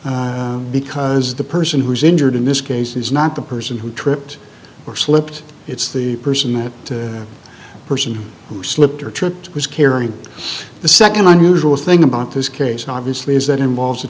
because the person who is injured in this case is not the person who tripped or slipped it's the person that the person who slipped or tripped was carrying the second unusual thing about this case obviously is that involved a